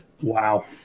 Wow